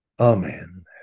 Amen